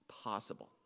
possible